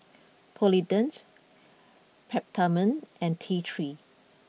Polident Peptamen and T three